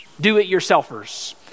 do-it-yourselfers